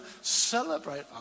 celebrate